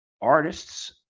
artists